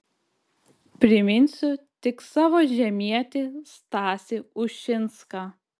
priminsiu tik savo žemietį stasį ušinską